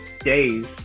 days